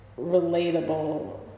relatable